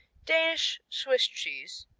danish swiss cheese,